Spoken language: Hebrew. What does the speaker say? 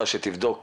שתבדוק